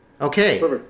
Okay